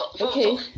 okay